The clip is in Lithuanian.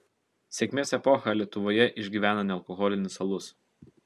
sėkmės epochą lietuvoje išgyvena nealkoholinis alus